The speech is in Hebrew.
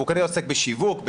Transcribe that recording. שהוא כנראה עוסק בגיוס,